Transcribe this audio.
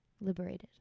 liberated